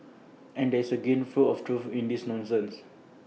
and there is A grain full of truth in this nonsense